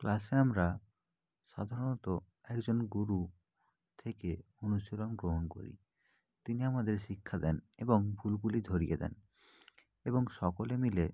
ক্লাসে আমরা সাধারণত একজন গুরু থেকে অনুশীলন গ্রহণ করি তিনি আমাদের শিক্ষা দেন এবং ভুলগুলি ধরিয়ে দেন এবং সকলে মিলে